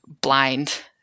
blind